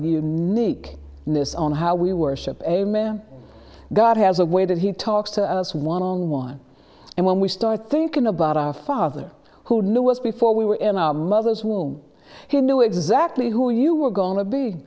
unique in this on how we worship a man god has a way that he talks to us one on one and when we start thinking about our father who knew was before we were in our mother's womb he knew exactly who you were going to be